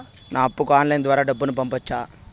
నా అప్పుకి ఆన్లైన్ ద్వారా డబ్బును పంపొచ్చా